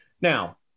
Now